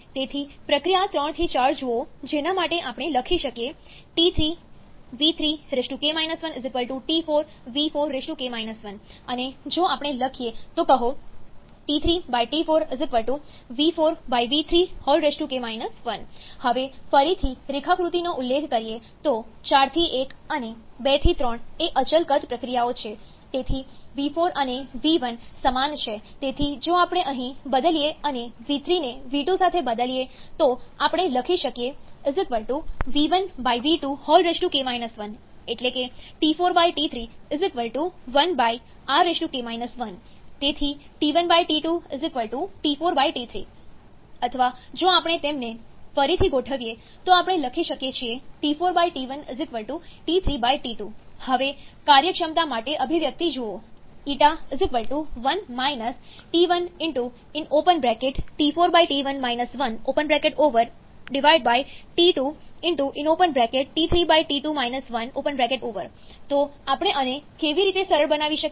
તેથી પ્રક્રિયા 3 થી 4 જુઓ જેના માટે આપણે લખી શકીએ T3v3k 1 T4v4k 1 અને જો આપણે લખીએ તો કહો T3 T4 v4 v3k 1 હવે ફરીથી રેખાકૃતિનો ઉલ્લેખ કરીએ તો 4 થી 1 અને 2 થી 3 એ અચલ કદ પ્રક્રિયાઓ છે તેથી v4 અને v1 સમાન છે તેથી જો આપણે અહીં બદલીએ અને v3 ને v2 સાથે બદલીએ તો આપણે લખી શકીએ v1 v2k 1 એટલે કે T4 T3 1rk 1 તેથી T1 T2 T4 T3 અથવા જો આપણે તેમને ફરીથી ગોઠવીએ તો આપણે લખી શકીએ છીએ T4 T1 T3 T2 હવે કાર્યક્ષમતા માટે અભિવ્યક્તિ જુઓ Ƞ 1 T1T2 તો આપણે આને કેવી રીતે સરળ બનાવી શકીએ